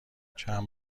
چند